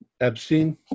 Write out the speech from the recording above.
Epstein